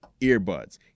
earbuds